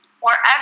wherever